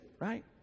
right